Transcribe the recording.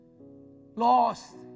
lost